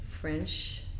French